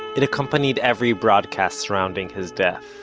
it accompanied every broadcast surrounding his death,